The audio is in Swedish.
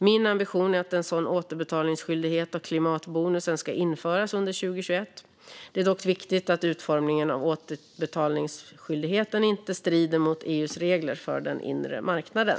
Min ambition är att en sådan återbetalningsskyldighet av klimatbonusen ska införas under 2021. Det är dock viktigt att utformningen av återbetalningsskyldigheten inte strider mot EU:s regler för den inre marknaden.